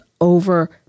over